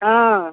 ହଁ